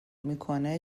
میکنه